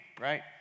right